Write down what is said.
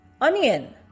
Onion